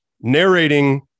narrating